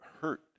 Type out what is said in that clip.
hurt